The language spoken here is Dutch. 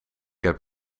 heb